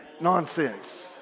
Nonsense